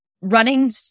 running